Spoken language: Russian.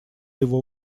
его